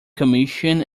commission